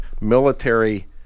military